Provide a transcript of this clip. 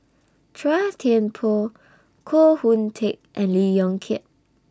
Chua Thian Poh Koh Hoon Teck and Lee Yong Kiat